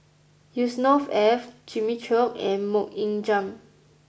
Yusnor Ef Jimmy Chok and Mok Ying Jang